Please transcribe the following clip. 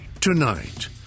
tonight